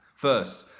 First